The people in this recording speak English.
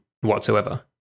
whatsoever